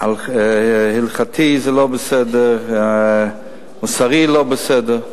הלכתית זה לא בסדר, מוסרית, לא בסדר.